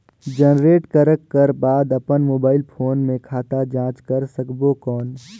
Generate करक कर बाद अपन मोबाइल फोन मे खाता जांच कर सकबो कौन?